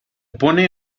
pone